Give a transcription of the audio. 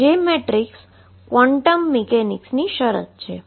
જે મેટ્રિક્સ મિકેનિક્સની quantum condition છે